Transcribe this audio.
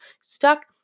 stuck